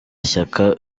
shyaka